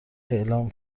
اعلام